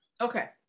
okay